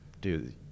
dude